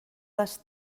les